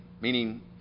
meaning